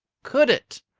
could it!